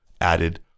added